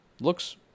Looks